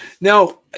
Now